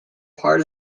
part